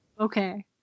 Okay